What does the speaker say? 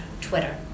Twitter